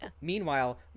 meanwhile